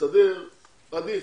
להסתדר עדיף.